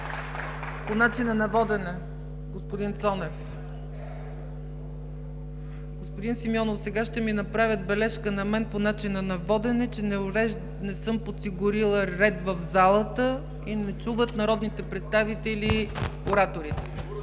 По начина на водене – господин Цонев. Господин Симеонов, сега ще ми направят бележка на мен по начина на водене, че не съм подсигурила ред в залата и не чуват народните представители ораторите.